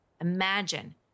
Imagine